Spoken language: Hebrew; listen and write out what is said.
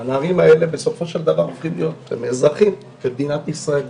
הנערים האלה בסופו של דבר הופכים להיות אזרחים של מדינת ישראל,